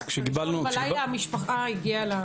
אז בראשון בלילה המשפחה הגיעה לתחנה.